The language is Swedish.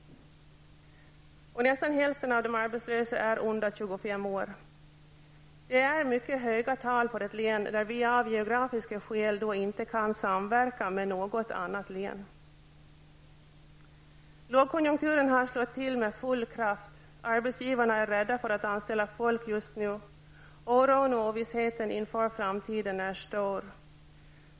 Nästan hälften av de arbetslösa är under 25 år. Detta är mycket höga tal för ett län där vi av geografiska län inte kan samverka med något annat län. Lågkonjunkturen har slagit till med full kraft, arbetsgivarna är rädda för att anställda folk just nu, oron och ovissheten inför framtiden är stor.